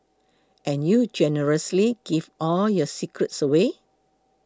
and you generously give all your secrets away